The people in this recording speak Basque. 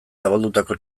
zabaldutako